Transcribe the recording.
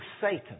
Satan